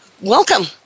Welcome